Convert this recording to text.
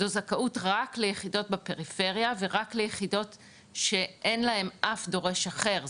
זו זכאות רק ליחידות בפריפריה ורק ליחידות שאין להם אף דורש אחר,